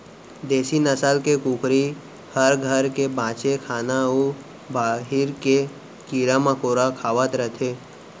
देसी नसल के कुकरी हर घर के बांचे खाना अउ बाहिर के कीरा मकोड़ा खावत रथे